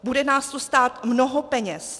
Bude nás to stát mnoho peněz.